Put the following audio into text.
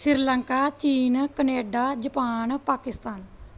ਸ੍ਰੀਲੰਕਾ ਚੀਨ Canada Japan Pakistan